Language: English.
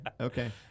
Okay